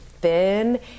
thin